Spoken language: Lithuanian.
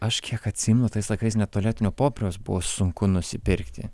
aš kiek atsimenu tais laikais net tualetinio popieriaus buvo sunku nusipirkti